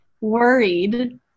Worried